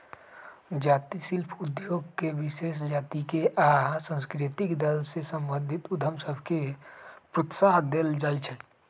जाती शिल्प उद्योग में विशेष जातिके आ सांस्कृतिक दल से संबंधित उद्यम सभके प्रोत्साहन देल जाइ छइ